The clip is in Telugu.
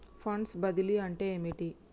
ఫండ్స్ బదిలీ అంటే ఏమిటి?